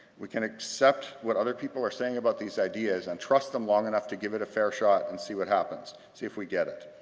we can accept what other people are saying about these ideas and trust them long enough to give it a fair shot and see what happens, see if we get it.